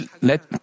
let